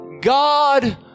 God